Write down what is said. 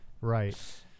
Right